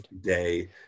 day